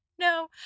no